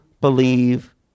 believe